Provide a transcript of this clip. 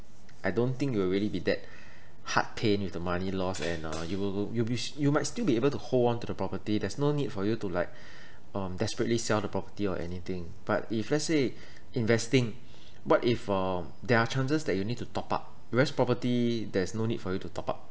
I don't think you will really be that heart pain with the money loss and uh you will you'll be you might still be able to hold on to the property there's no need for you to like um desperately sell the property or anything but if let's say investing what if uh there are chances that you need to top up whereas property there is no need for you to top up